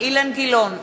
אילן גילאון,